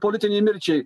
politinei mirčiai